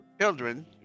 Children